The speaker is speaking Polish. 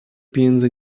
pieniędzy